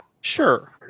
Sure